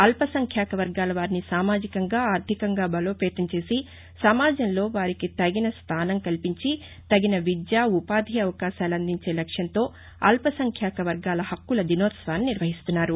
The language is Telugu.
అల్ప సంఖ్యాక వర్గాల వారిని సామాజికంగా ఆర్దికంగా బలోపేతం చేసి సమాజంలో వారికి తగిన స్దానం కల్పించి తగిన విద్యా ఉపాధి అవకాశాలు అందించే లక్ష్మంతో అల్ప సంఖ్యాక వర్గాల హక్కుల దినోత్సవాన్ని నిర్వహిస్తున్నారు